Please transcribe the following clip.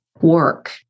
work